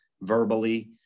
verbally